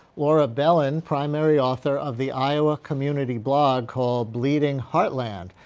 laura belin, primary author of the iowa community blog called bleeding heartland.